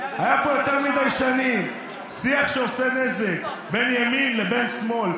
היה פה יותר מדי שנים שיח שעושה נזק בין ימין לבין שמאל.